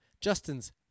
Justin's